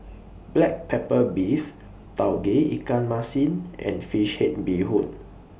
Black Pepper Beef Tauge Ikan Masin and Fish Head Bee Hoon